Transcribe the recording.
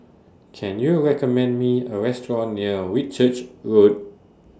Can YOU recommend Me A Restaurant near Whitchurch Road